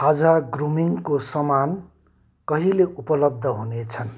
खाजा ग्रुमिङ्गको सामान कहिले उपलब्ध हुनेछन्